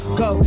go